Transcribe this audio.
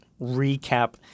recap